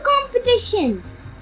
competitions